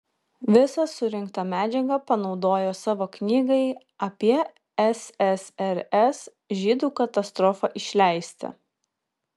visą surinktą medžiagą panaudojo savo knygai apie ssrs žydų katastrofą išleisti